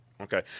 Okay